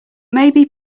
maybe